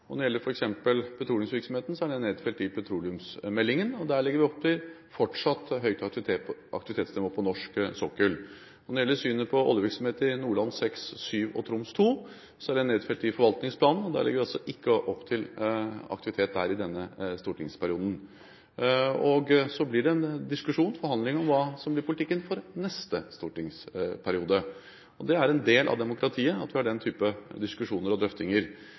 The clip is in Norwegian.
Når det gjelder f.eks. petroleumsvirksomheten, er den nedfelt i petroleumsmeldingen, og der legger vi opp til fortsatt høyt aktivitetsnivå på norsk sokkel. Når det gjelder synet på oljevirksomhet i Nordland VI og VII og Troms II, er det nedfelt i forvaltningsplanen, og der legger vi ikke opp til aktivitet der i denne stortingsperioden. Det blir en diskusjon og forhandlinger om hva som blir politikken for neste stortingsperiode. Det er en del av demokratiet at vi har den typen diskusjoner og drøftinger.